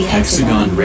Hexagon